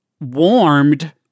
warmed